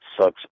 sucks